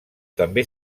també